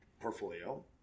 portfolio